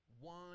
one